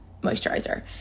moisturizer